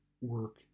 work